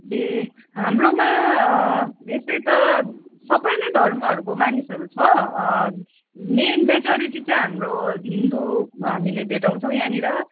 ए हाम्रोमा यसै त सबै नै धर्महरूको मानिसहरू छ मेन मेजरिटी चाहिँ हाम्रो हिन्दू हामीले भेटाउँछौँ यहाँनिर